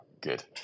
good